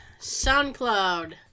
SoundCloud